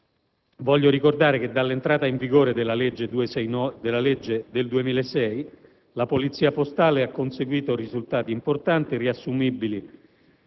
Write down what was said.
Voglio ricordare che dall'entrata in vigore dalla legge del 2006 la polizia postale ha conseguito risultati importanti, riassumibili